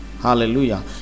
Hallelujah